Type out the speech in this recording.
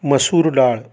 मसूर डाळ